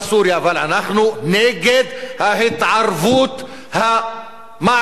אבל אנחנו נגד ההתערבות המערבית,